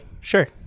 sure